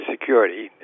security